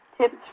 tips